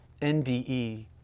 NDE